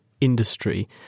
industry